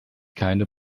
keine